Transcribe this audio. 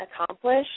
accomplish